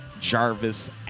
Jarvis